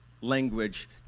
language